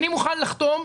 אני מוכן לחתום.